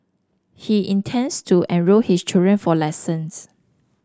he intends to enrol his children for lessons